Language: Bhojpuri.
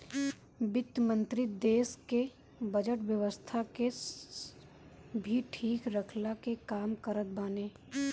वित्त मंत्री देस के बजट व्यवस्था के भी ठीक रखला के काम करत बाने